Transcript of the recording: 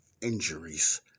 injuries